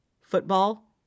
Football